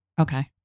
Okay